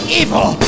evil